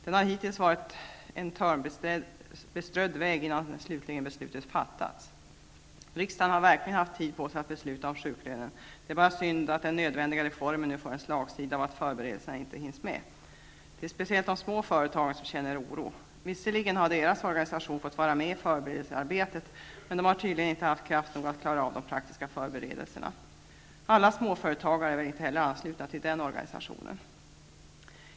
Det har hittills varit en törnbeströdd väg, dvs. innan slutligt beslut fattas. Riksdagen har verkligen haft tid på sig att besluta om sjuklönen. Det är bara synd att den nödvändiga reformen nu får en slagsida genom att förberedelserna inte hinns med. Det är speciellt hos de små företagen som man känner oro. Visserligen har småföretagarnas organisation fått vara med i förberedelsearbetet. Men man har tydligen inte haft kraft nog att klara av de praktiska förberedelserna. Alla småföretagare är väl inte heller ansluta till den här organisationen.